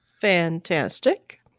Fantastic